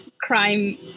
crime